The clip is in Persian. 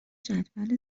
جدول